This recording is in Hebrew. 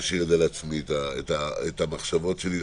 אני אשאיר לעצמי את המחשבות שלי,